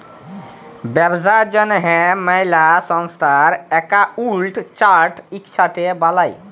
ব্যবসার জ্যনহে ম্যালা সংস্থার একাউল্ট চার্ট ইকসাথে বালায়